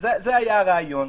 זה היה הרעיון.